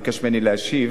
וביקש ממני להשיב.